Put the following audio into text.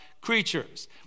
creatures